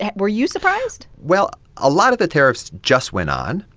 and were you surprised? well, a lot of the tariffs just went on.